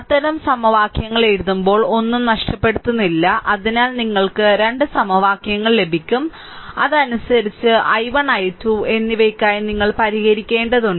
അത്തരം സമവാക്യങ്ങൾ എഴുതുമ്പോൾ ഒന്നും നഷ്ടപ്പെടുത്തുന്നില്ല അതിനാൽ നിങ്ങൾക്ക് രണ്ട് സമവാക്യങ്ങൾ ലഭിക്കും അതിനനുസരിച്ച് i1 i2 എന്നിവയ്ക്കായി നിങ്ങൾ പരിഹരിക്കേണ്ടതുണ്ട്